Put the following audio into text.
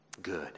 good